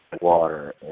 water